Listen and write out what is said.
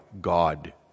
God